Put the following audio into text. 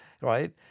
Right